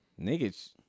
niggas